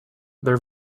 their